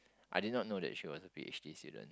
I did not know that she was a p_h_d student